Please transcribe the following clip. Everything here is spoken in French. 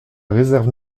réserve